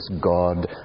God